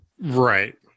Right